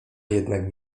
jednak